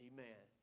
Amen